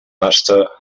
pasta